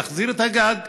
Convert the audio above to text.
להחזיר את הגג,